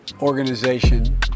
organization